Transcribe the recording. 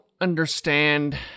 understand